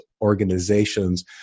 organizations